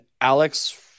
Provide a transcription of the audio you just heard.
Alex